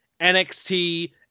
NXT